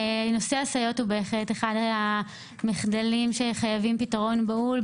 נושא הסייעות הוא בהחלט אחד המחדלים שחייבים פתרון בהול,